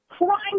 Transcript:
crime